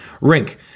rink